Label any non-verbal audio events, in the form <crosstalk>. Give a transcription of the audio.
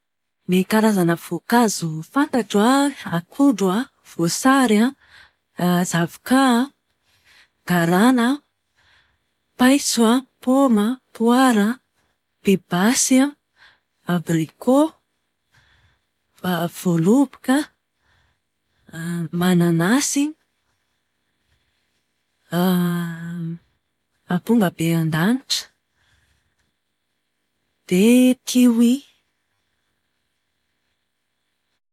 Ny karazana voankazo fantatro an, akondro an voasary an, <hesitation> zavoka an, garana an, paiso an, paoma an, poara an, bibasy an, abriko. <hesitation> Voaloboka, mananasy, <hesitation> apongabe an-danitra. Dia kihoihy.